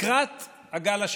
שלקראת הגל השני,